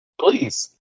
Please